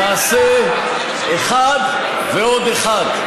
נעשה אחד ועוד אחד.